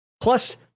Plus